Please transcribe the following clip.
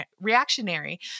reactionary